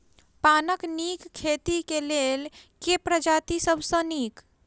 पानक नीक खेती केँ लेल केँ प्रजाति सब सऽ नीक?